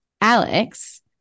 Alex